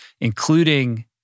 including